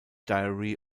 diary